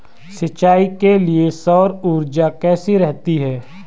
सिंचाई के लिए सौर ऊर्जा कैसी रहती है?